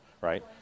right